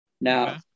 Now